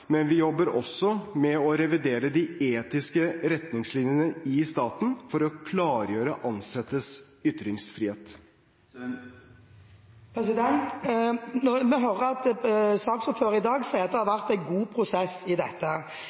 men vi jobber også med å revidere de etiske retningslinjene i staten for å klargjøre ansattes ytringsfrihet. Vi hører saksordføreren i dag si at det har vært en god prosess rundt dette,